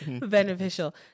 beneficial